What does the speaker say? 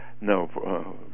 No